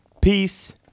Peace